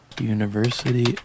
university